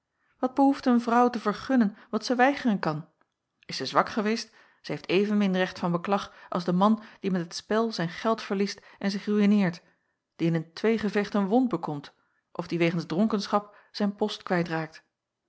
wat behoeft een vrouw te vergunnen wat zij weigeren kan is zij zwak geweest zij heeft evenmin recht van beklag als de man die met het spel zijn geld verliest en zich ruïneert die in een tweegevecht een wond bekomt of die wegens dronkenschap zijn post